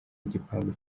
igipangu